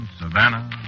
Savannah